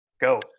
go